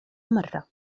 مرة